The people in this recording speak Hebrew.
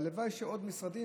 והלוואי שעוד משרדים,